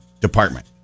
department